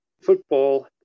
football